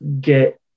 get